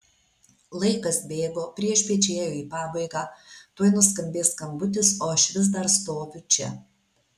laikas bėgo priešpiečiai ėjo į pabaigą tuoj nuskambės skambutis o aš vis dar stoviu čia